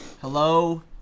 Hello